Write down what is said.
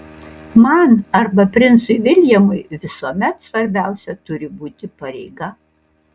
man arba princui viljamui visuomet svarbiausia turi būti pareiga